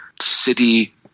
city